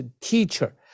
teacher